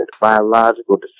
biological